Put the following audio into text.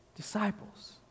Disciples